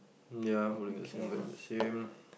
ya holding the same wearing the same